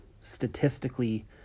statistically